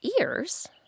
ears